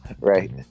Right